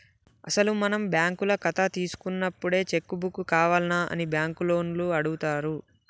అసలు మనం బ్యాంకుల కథ తీసుకున్నప్పుడే చెక్కు బుక్కు కావాల్నా అని బ్యాంకు లోన్లు అడుగుతారు